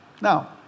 Now